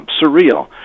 surreal